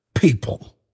People